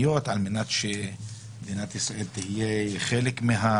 מאז כניסת החוק לתוקף,